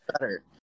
better